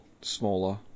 smaller